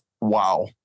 Wow